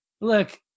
look